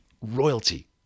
royalty